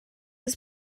his